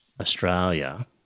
Australia